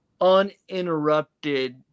uninterrupted